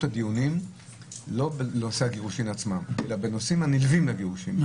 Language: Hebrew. הדיונים לא בנושא הגירושין עצמם אלא בנושאים הנלווים לגירושין,